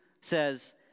says